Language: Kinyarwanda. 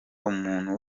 umuntu